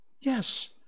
Yes